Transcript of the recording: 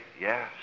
Yes